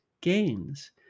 gains